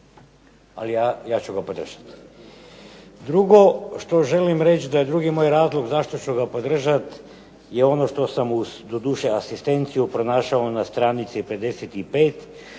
ali ja ću ga podržati. Drugo što želim reći, da je drugi moj razlog zašto ću ga podržati, je ono što sam, doduše uz asistenciju, pronašao na stranici 55.